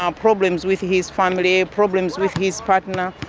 um problems with his family, problems with his partner,